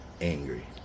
angry